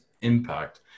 impact